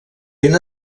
ben